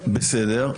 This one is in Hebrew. בסדר.